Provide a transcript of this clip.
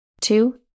two